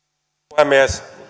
puhemies